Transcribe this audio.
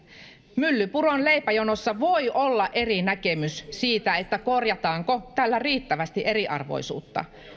myllypuron leipäjonossa voi olla eri näkemys siitä korjataanko tällä riittävästi eriarvoisuutta